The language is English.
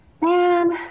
man